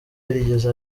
yarigeze